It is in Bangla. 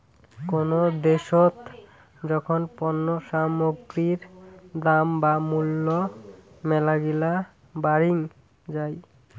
কোনো দ্যাশোত যখন পণ্য সামগ্রীর দাম বা মূল্য মেলাগিলা বাড়িং যাই